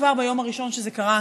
כבר ביום הראשון שזה קרה,